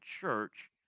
church